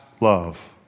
love